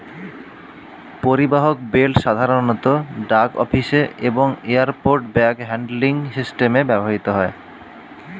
পরিবাহক বেল্ট সাধারণত ডাক অফিসে এবং এয়ারপোর্ট ব্যাগ হ্যান্ডলিং সিস্টেমে ব্যবহৃত হয়